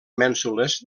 mènsules